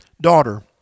daughter